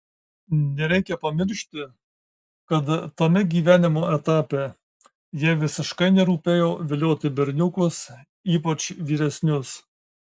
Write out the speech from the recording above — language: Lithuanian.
nereikia pamiršti kad tame gyvenimo etape jai visiškai nerūpėjo vilioti berniukus ypač vyresnius